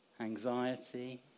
anxiety